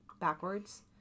backwards